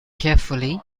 carefully